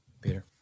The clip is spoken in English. Peter